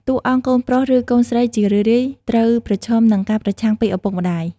តួអង្គកូនប្រុសឬកូនស្រីជារឿយៗត្រូវប្រឈមនឹងការប្រឆាំងពីឪពុកម្តាយ។